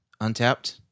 untapped